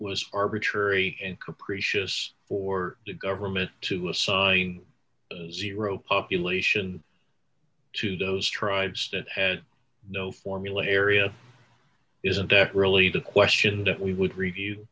was arbitrary and capricious for the government to assign zero population to those tribes that had no formula area isn't that really the question that we would review